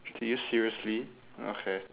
did you seriously okay